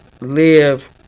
live –